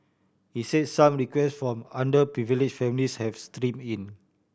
he say some requests from underprivilege families have stream in